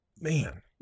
Man